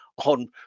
on